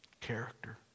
Character